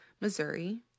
Missouri